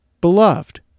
beloved